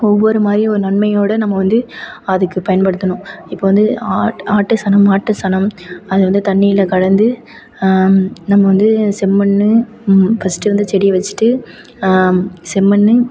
ஒவ்வொரு மாதிரியும் ஒரு நன்மையோடய நம்ம வந்து அதுக்கு பயன்படுத்தணும் இப்போ வந்து ஆ ஆட்டு சாணம் மாட்டு சாணம் அதை வந்து தண்ணியில் கலந்து நம்ம வந்து செம்மண்ணு ஃபஸ்ட்டு வந்த செடியை வச்சுட்டு செம்மண்ணு